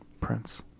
Prince